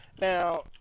Now